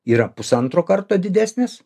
yra pusantro karto didesnis